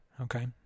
okay